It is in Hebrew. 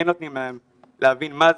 כן נותנים להם להבין מה זה,